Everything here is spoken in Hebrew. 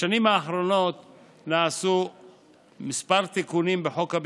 בשנים האחרונות נעשו כמה תיקונים של הגדרות ומונחים בחוק